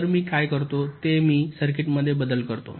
तर मी काय करतो ते मी सर्किट्समध्ये बदल करतो